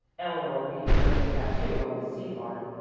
eleanor beat a nervous tattoo on the seat-arm,